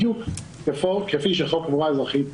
בדיוק כפי שחוק קבורה אזרחית קבע.